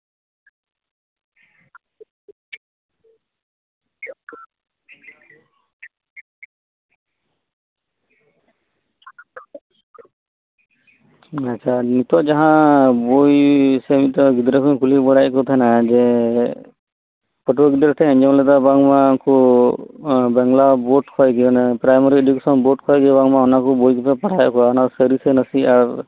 ᱟᱪᱪᱷᱟ ᱱᱤᱛᱳᱜ ᱡᱟᱦᱟᱸ ᱵᱳᱭ ᱥᱮ ᱜᱤᱫᱽᱨᱟᱹ ᱠᱩᱧ ᱠᱩᱞᱤ ᱵᱟᱲᱟᱭᱮᱫ ᱠᱚ ᱛᱟᱦᱮᱸᱱᱟ ᱡᱮ ᱯᱟᱹᱴᱷᱩᱣᱟᱹ ᱜᱤᱫᱽᱨᱟᱹ ᱴᱷᱮᱱ ᱠᱷᱚᱡᱤᱧ ᱟᱸᱡᱚᱢ ᱞᱮᱫᱟ ᱵᱟᱝᱢᱟ ᱩᱱᱠᱩ ᱵᱟᱝᱞᱟ ᱵᱳᱨᱰ ᱠᱷᱚᱡ ᱜᱮ ᱯᱨᱟᱭᱢᱟᱨᱤ ᱤᱰᱩᱠᱮᱥᱚᱱ ᱵᱳᱨᱰ ᱠᱷᱚᱡ ᱜᱮ ᱚᱱᱟ ᱠᱚ ᱵᱳᱭ ᱠᱚᱫᱚ ᱯᱮ ᱯᱟᱲᱦᱟᱣᱮᱫ ᱠᱚᱣᱟ ᱥᱟᱹᱨᱤ ᱥᱮ ᱱᱟᱥᱮ ᱛᱤᱱᱟᱹᱜ